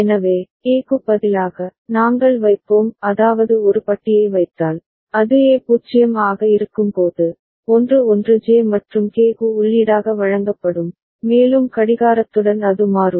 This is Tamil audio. எனவே A க்கு பதிலாக நாங்கள் வைப்போம் அதாவது ஒரு பட்டியை வைத்தால் அது A 0 ஆக இருக்கும்போது 1 1 J மற்றும் K க்கு உள்ளீடாக வழங்கப்படும் மேலும் கடிகாரத்துடன் அது மாறும்